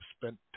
spent